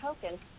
token